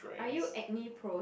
are you acne prone